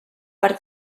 per